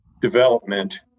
development